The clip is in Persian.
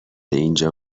اینجا